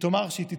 תאמר שהיא תתמוך.